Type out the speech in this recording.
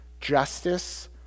justice